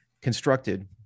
constructed